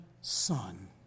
son